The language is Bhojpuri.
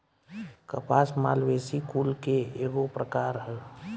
कपास मालवेसी कुल के एगो प्रकार ह